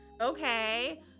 okay